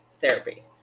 therapy